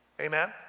Amen